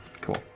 Cool